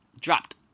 dropped